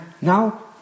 now